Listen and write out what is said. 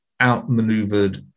outmaneuvered